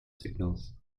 signals